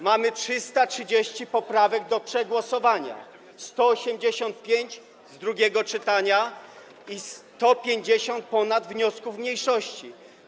Mamy 330 poprawek do przegłosowania, 185 z drugiego czytania, i ponad 150 wniosków mniejszości.